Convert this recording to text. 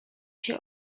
się